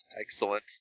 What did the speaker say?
Excellent